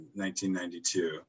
1992